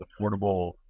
affordable